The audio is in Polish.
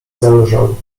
zelżał